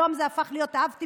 היום זה הפך להיות אב-טיפוס,